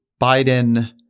Biden